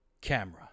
camera